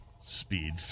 Speed